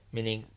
Meaning